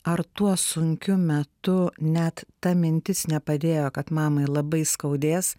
ar tuo sunkiu metu net ta mintis nepadėjo kad mamai labai skaudės